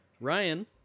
Ryan